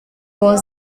was